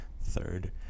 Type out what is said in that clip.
third